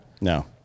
No